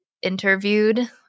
interviewed